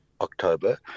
October